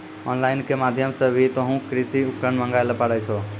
on line के माध्यम से भी तोहों कृषि उपकरण मंगाय ल पारै छौ